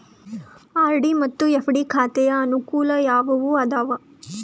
RD ಮತ್ತು FD ಖಾತೆಯ ಅನುಕೂಲ ಯಾವುವು ಅದಾವ?